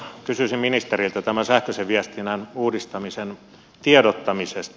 kysyisin ministeriltä tämän sähköisen viestinnän uudistamisen tiedottamisesta